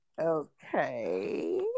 okay